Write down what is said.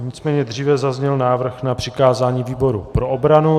Nicméně dříve zazněl návrh na přikázání výboru pro obranu.